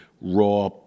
raw